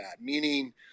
Meaning